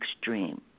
extreme